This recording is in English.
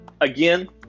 again